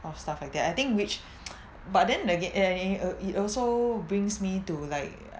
of stuff like that I think which but then again a~ uh it also brings me to like